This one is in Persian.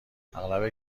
اغلب